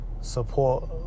support